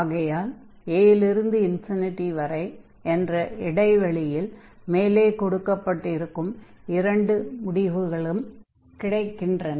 ஆகையால் a இல் இருந்து வரை என்ற இடைவெளியில் மேலே கொடுக்கப்பட்டிருக்கும் இரண்டு முடிவுகளும் கிடைக்கின்றன